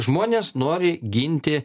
žmonės nori ginti